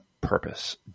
purpose